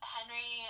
Henry